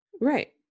Right